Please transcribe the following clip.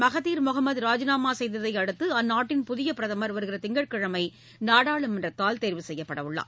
Mahathir Mohamad ராஜினாமா செய்ததை அடுத்து அந்நாட்டின் புதிய பிரதமர் வருகிற திங்கட்கிழமை நாடாளுமன்றத்தால் தேர்வு செய்யப்படவுள்ளார்